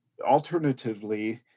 Alternatively